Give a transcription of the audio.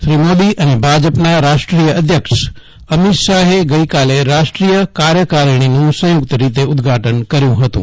શ્રી મોદી અને ભાજપના રાષ્ટ્રીય અધ્યક્ષ અમીત શાહે ગઇકાલે રાષ્ટ્રીય કાર્યકારીણીનું સંયુ ક્ત રીતે ઉદ્દઘાટન કર્યું હતું